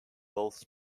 both